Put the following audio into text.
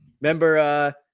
remember